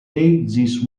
this